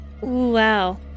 wow